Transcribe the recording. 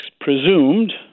presumed